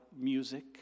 music